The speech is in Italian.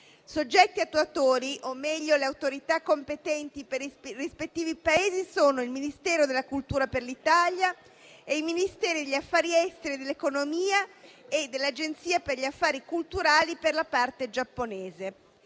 soggetti attuatori, o meglio le autorità competenti per i rispettivi Paesi, sono il Ministero della cultura per l'Italia e i Ministeri degli affari esteri e dell'economia e dell'Agenzia per gli affari culturali per la parte giapponese.